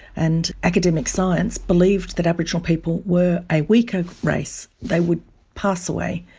and academic science believed that aboriginal people were a weaker race, they would pass away.